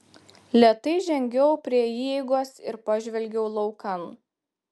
lėtai žengiau prie įeigos ir pažvelgiau laukan